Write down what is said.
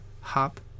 hop